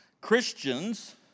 Christians